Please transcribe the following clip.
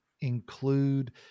include